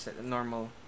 normal